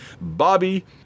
Bobby